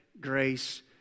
grace